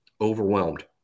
overwhelmed